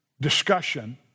discussion